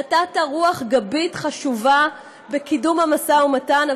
נתת רוח גבית חשובה לקידום המשא ומתן,